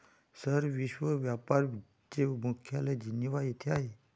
sir, विश्व व्यापार चे मुख्यालय जिनिव्हा येथे आहे